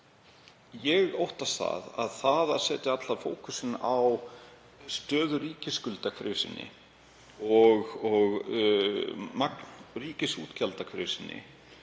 Ég óttast að það að setja allan fókusinn á stöðu ríkisskulda hverju sinni og magn ríkisútgjalda hverju sinni